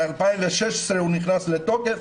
ב-2016 הוא נכנס לתוקף.